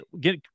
get